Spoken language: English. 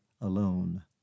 alone